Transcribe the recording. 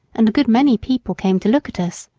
and a good many people came to look at us.